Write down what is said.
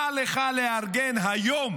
מה לך לארגן היום